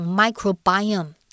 microbiome